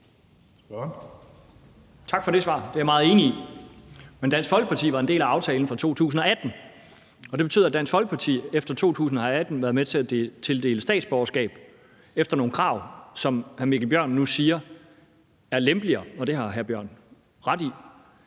Tak for det svar. Det er jeg meget enig i. Men Dansk Folkeparti var en del af aftalen fra 2018, og det betyder, at Dansk Folkeparti efter 2018 har været med til at tildele statsborgerskab efter nogle krav, som hr. Mikkel Bjørn nu siger er lempeligere – og det har hr. Mikkel Bjørn ret i